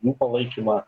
jų palaikymą